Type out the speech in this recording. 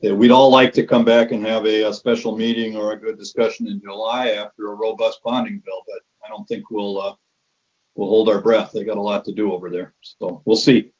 we'd all like to come back and have a a special meeting or a good discussion in july after a robust bonding bill, but i don't think we'll ah we'll hold our breath. they got a lot to do over there. so we'll see.